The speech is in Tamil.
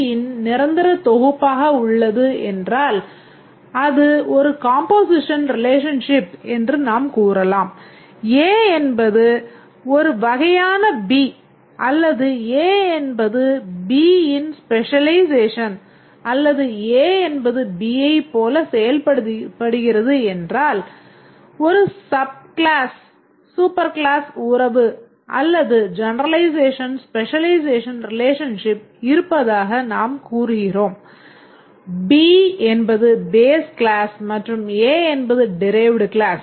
B என்பது base க்ளாஸ் மற்றும் A என்பது derived க்ளாஸ்